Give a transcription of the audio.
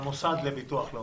המוסד לביטוח לאומי.